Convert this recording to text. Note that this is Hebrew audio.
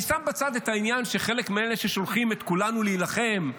אני שם בצד את העניין שחלק מאלה ששולחים את כולנו או